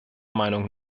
meinung